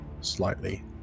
slightly